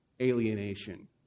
alienation